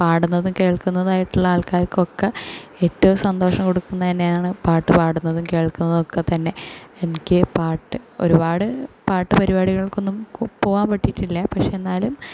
പാടുന്നതും കേൾക്കുന്നതും ആയിട്ടുള്ള ആൾക്കാർകൊക്കെ ഏറ്റവും സന്തോഷം കൊടുക്കുന്നത് തന്നെയാണ് പാട്ട് പാടുന്നതും കേൾക്കുന്നതും ഒക്കെ തന്നെ എനിക്ക് പാട്ട് ഒരുപാട് പാട്ട് പരിപാടികൾക്ക് ഒന്നും പോവാൻ പറ്റിയിട്ടില്ല പക്ഷെ എന്നാലും